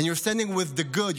and you are standing with the good,